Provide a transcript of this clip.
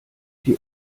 die